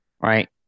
Right